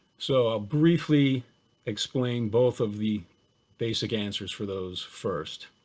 so i'll briefly explain both of the basic answers for those first